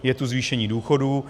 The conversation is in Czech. Je tu zvýšení důchodů.